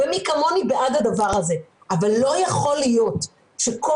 ומי כמוני בעד הדבר הזה אבל לא יכול להיות שכל